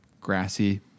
grassy